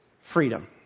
freedom